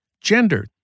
gender